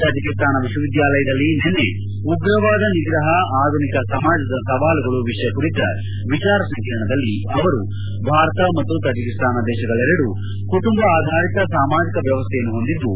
Tajikistan ವಿಶ್ವವಿದ್ಯಾಲಯದಲ್ಲಿ ನಿನ್ನೆ ಉಗ್ರ ವಾದ ನಿಗ್ರಹ ಆಧುನಿಕ ಸಮಾಜದ ಸವಾಲುಗಳು ವಿಷಯ ಕುರಿತ ವಿಚಾರ ಸಂಕಿರಣದಲ್ಲಿ ಅವರು ಭಾರತ ಮತ್ತು ತಜಿಕಿಸ್ತಾನ ದೇಶಗಳೆರಡೂ ಕುಟುಂಬ ಆಧಾರಿತ ಸಾಮಾಜಿಕ ವ್ಯವಸ್ಥೆಯನ್ನು ಹೊಂದಿದ್ದು